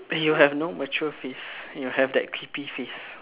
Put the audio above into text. you have no mature face you have that creepy face